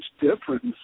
difference